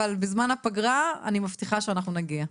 אבל בזמן הפגרה אני מבטיחה שאנחנו נגיע.